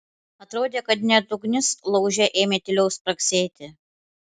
atrodė kad net ugnis lauže ėmė tyliau spragsėti